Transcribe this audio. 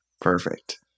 Perfect